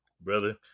brother